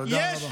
תודה רבה.